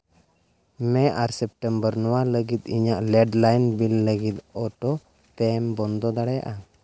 ᱢᱮ ᱟᱨ ᱥᱮᱯᱴᱮᱢᱵᱚᱨ ᱱᱚᱣᱟ ᱞᱟᱹᱜᱤᱫ ᱤᱧᱟᱹᱜ ᱞᱮᱰᱞᱟᱭᱤᱱ ᱵᱤᱞ ᱞᱟᱹᱜᱤᱫ ᱚᱴᱳ ᱯᱮᱢ ᱵᱚᱱᱫᱚ ᱫᱟᱲᱮᱭᱟᱜᱼᱟ